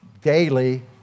daily